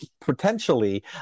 potentially